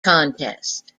contest